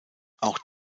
auch